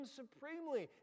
supremely